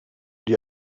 die